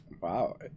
Wow